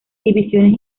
divisiones